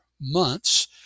months